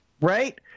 right